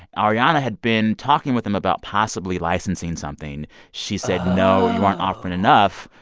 ariana had been talking with them about possibly licensing something. she said, no. oh. you weren't offering enough.